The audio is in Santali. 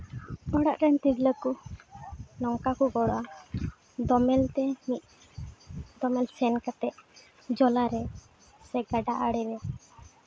ᱚᱲᱟᱜ ᱨᱮᱱ ᱛᱤᱨᱞᱟᱹ ᱠᱚ ᱱᱚᱝᱠᱟ ᱠᱚ ᱠᱚᱨᱟᱣᱟ ᱫᱳᱢᱮᱞ ᱛᱮ ᱫᱳᱢᱮᱞ ᱥᱮᱱ ᱠᱟᱛᱮᱫ ᱡᱚᱞᱟᱨᱮ ᱥᱮ ᱜᱟᱰᱟ ᱟᱲᱟ ᱨᱮ